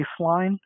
baseline